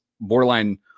borderline